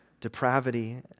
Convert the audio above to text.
depravity